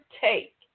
take